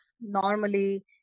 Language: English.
normally